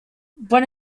when